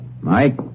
Mike